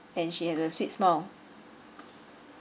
and she has a sweet smile